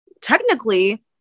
technically